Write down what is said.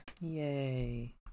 Yay